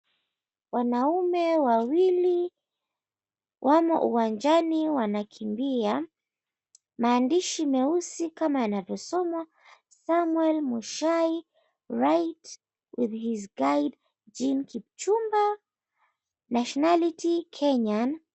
Wanaume wawili wamo uwanjani wanakimbia. Maandishi meusi kama yanavyosomwa, Samuel Mushai (right) with his guide Jean Kipchumba, Nationality: Kenyan.